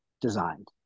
designed